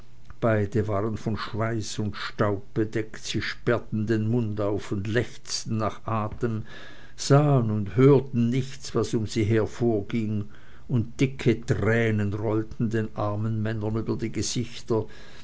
beide waren von schweiß und staub bedeckt sie sperrten den mund auf und lechzten nach atem sahen und hörten nichts was um sie her vorging und dicke tränen rollten den armen männern über die gesichter